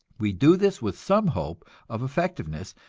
we do this with some hope of effectiveness,